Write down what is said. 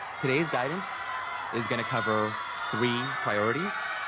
today's guidance is going to cover three priorities.